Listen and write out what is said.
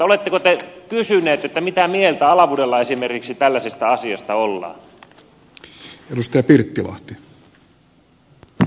oletteko te kysynyt mitä mieltä alavudella esimerkiksi tällaisesta asiasta ollaan